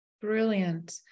Brilliant